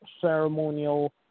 ceremonial